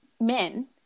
men